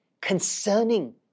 concerning